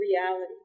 reality